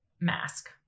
mask